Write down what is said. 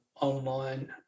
Online